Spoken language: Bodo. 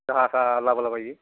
जाहा ताहा लाबोला बायो